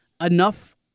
enough